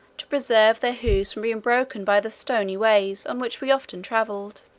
to preserve their hoofs from being broken by the stony ways, on which we often travelled.